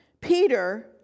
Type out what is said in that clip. Peter